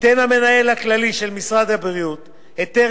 ייתן המנהל הכללי של משרד הבריאות היתר